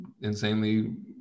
insanely